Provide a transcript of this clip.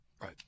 Right